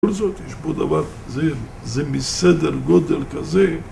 ובזאת יש פה דבר זה, זה מסדר גודל כזה